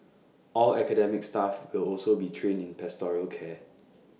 all academic staff will also be trained in pastoral care